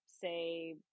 say